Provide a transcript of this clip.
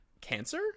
cancer